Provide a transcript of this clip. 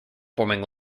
forming